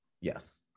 Yes